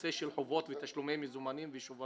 בנושא של חובות ותשלומי מזומנים בשוברים.